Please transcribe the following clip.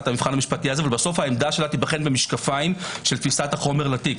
את המבחן המשפטי הזה ובסוף עמדתה תיבחן במשקפיים של תפיסת החומר לתיק.